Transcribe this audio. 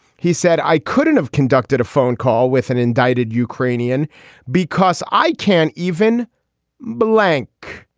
he said, i couldn't have conducted a phone call with an indicted ukrainian because i can't even blank.